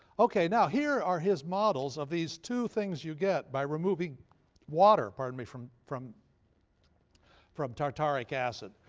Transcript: okay, now here are his models of these two things you get by removing water pardon me from from from tartaric acid.